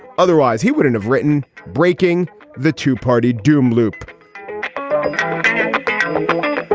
otherwise he wouldn't have written breaking the two party doom loop i